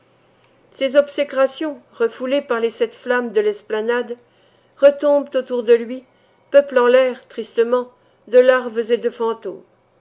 ses obsécrations refoulées par les sept flammes de l'esplanade retombent autour de lui peuplant l'air tristement de larves et de fantômes